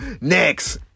Next